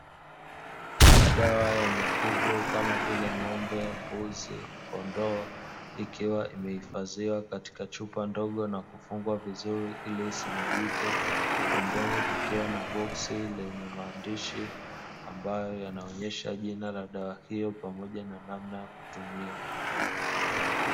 Dawa ya mifugo kama vile ng'ombe, mbuzi, kondoo ikiwa imeifadhiwa katika chupa ndogo na kufungwa vizuri ili isimwagike, pembeni kukiwa na boksi lenye maandishi ambayo yanaonyesha jina la dawa hiyo pamoja na namna ya kutumia.